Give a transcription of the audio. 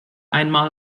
einmal